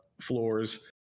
floors